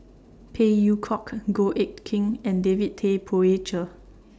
Phey Yew Kok Goh Eck Kheng and David Tay Poey Cher